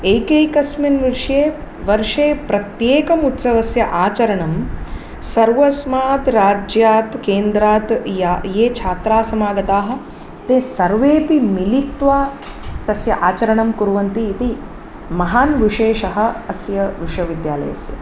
एकैकस्मिन् विषये वर्षे प्रत्येकमुत्सवस्य आचरणं सर्वस्मात् राज्यात् केन्द्रात् ये छात्रास्समागताः ते सर्वेऽपि मिलित्वा तस्य आचरणं कुर्वन्ति इति महान् विशेषः अस्य विश्वविद्यालयस्य